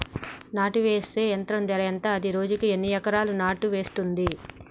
నాటు వేసే యంత్రం ధర ఎంత? అది రోజుకు ఎన్ని ఎకరాలు నాటు వేస్తుంది?